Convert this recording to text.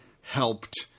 helped